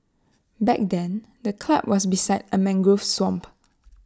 back then the club was beside A mangrove swamp